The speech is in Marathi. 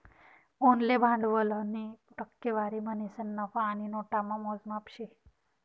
उनले भांडवलनी टक्केवारी म्हणीसन नफा आणि नोटामा मोजमाप शे